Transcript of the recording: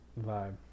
vibe